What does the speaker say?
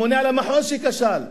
הממונה על המחוז שכשל,